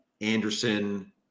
anderson